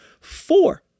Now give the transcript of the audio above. four